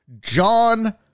John